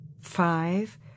Five